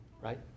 right